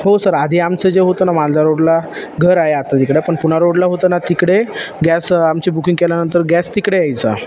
हो सर आधी आमचं जे होतं ना मालदाड रोडला घर आहे आत्ता तिकडं पण पुणे रोडला होतं ना तिकडे गॅस आमची बुकिंग केल्यानंतर गॅस तिकडे यायचा